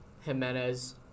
Jimenez